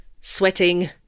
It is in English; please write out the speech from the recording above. sweating